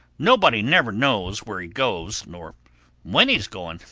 nobody never knows where he goes, nor when he's going,